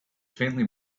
faintly